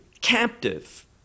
captive